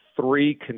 three